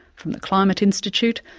from the climate institute,